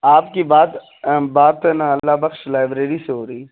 آپ کی بات بات نہ اللہ بخش لائبریری سے ہو رہی ہے